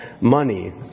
money